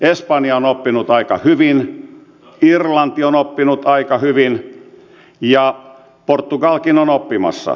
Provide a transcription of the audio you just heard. espanja on oppinut aika hyvin irlanti on oppinut aika hyvin ja portugalikin on oppimassa